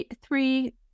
three